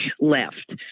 left